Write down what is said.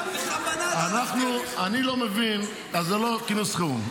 ביטן, בכוונה לא --- אז זה לא כינוס חירום.